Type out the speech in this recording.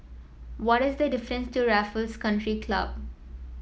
what is the difference to Raffles Country Club